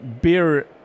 beer